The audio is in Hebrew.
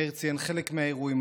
מאיר ציין חלק מהאירועים,